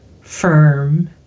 firm